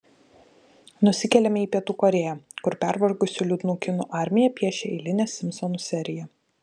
nusikeliame į pietų korėją kur pervargusių liūdnų kinų armija piešia eilinę simpsonų seriją